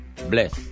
Bless